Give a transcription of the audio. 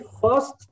first